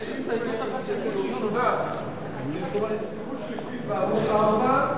יש הסתייגות אחת, ההסתייגות בעמוד 4,